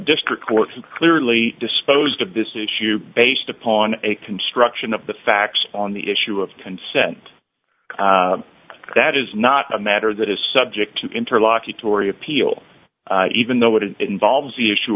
district court who clearly disposed of this issue based upon a construction of the facts on the issue of consent that is not a matter that is subject to interlocutory appeal even though it involves the issue